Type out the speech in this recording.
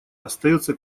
остается